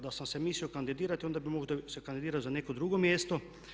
Da sam se mislio kandidirati onda bih se kandidirao za neko drugo mjesto.